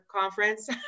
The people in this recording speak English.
conference